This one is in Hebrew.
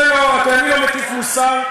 אני לא מטיף מוסר,